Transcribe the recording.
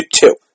two